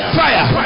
fire